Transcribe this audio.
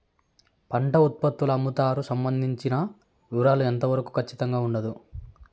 పంట ఉత్పత్తుల అమ్ముతారు సంబంధించిన వివరాలు ఎంత వరకు ఖచ్చితంగా ఉండదు?